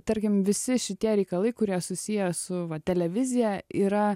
tarkim visi šitie reikalai kurie susiję su va televizija yra